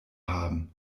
haben